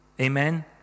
Amen